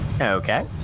Okay